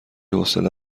حوصله